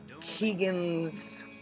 Keegan's